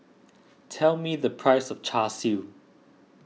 tell me the price of Char Siu